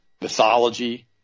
mythology